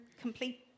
complete